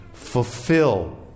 fulfill